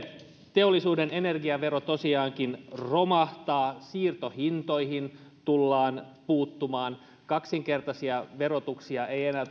teollisuuden energiavero tosiaankin romahtaa siirtohintoihin tullaan puuttumaan kaksinkertaisia verotuksia ei enää